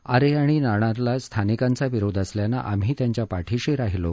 आरे आणि नाणारला स्थानिकांचा विरोध असल्यानं आम्ही त्यांच्या पाठिशी राहिलो